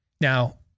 Now